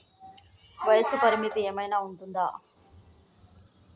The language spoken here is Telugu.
వయస్సు పరిమితి ఏమైనా ఉంటుందా?